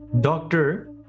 Doctor